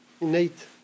innate